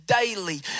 daily